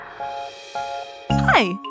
Hi